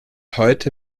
heute